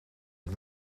het